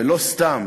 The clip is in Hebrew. ולא סתם,